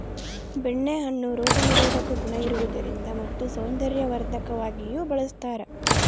ಬೆಣ್ಣೆ ಹಣ್ಣು ರೋಗ ನಿರೋಧಕ ಗುಣ ಇರುವುದರಿಂದ ಮತ್ತು ಸೌಂದರ್ಯವರ್ಧಕವಾಗಿಯೂ ಬಳಸ್ತಾರ